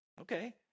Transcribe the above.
Okay